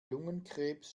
lungenkrebs